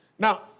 Now